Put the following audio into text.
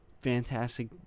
fantastic